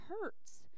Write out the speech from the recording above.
hurts